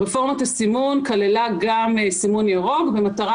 רפורמת הסימון כללה גם סימון ירוק במטרה